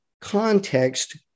context